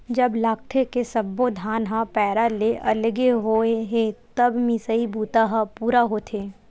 जब लागथे के सब्बो धान ह पैरा ले अलगे होगे हे तब मिसई बूता ह पूरा होथे